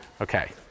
Okay